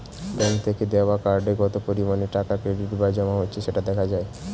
bank থেকে দেওয়া কার্ডে কত পরিমাণে টাকা ক্রেডিট বা জমা হচ্ছে সেটা দেখা যায়